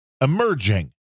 emerging